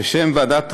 בשם ועדת החוקה,